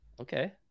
Okay